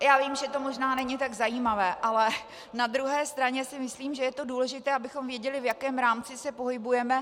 Já vím, že to možná není tak zajímavé, ale na druhé straně si myslím, že je to důležité, abychom věděli, v jakém rámci se pohybujeme.